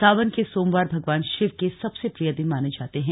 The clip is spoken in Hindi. सावन के सोमवार भगवान शिव के सबसे प्रिय दिन माने जाते हैं